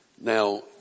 Now